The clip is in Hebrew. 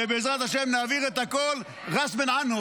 ובעזרת שם נעביר את הכול (אומר בערבית:),